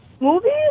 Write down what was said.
Movies